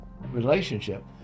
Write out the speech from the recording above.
relationship